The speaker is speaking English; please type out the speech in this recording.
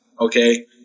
okay